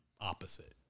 opposite